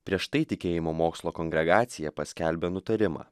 prieš tai tikėjimo mokslo kongregacija paskelbė nutarimą